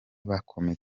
bakomeye